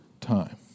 time